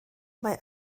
mae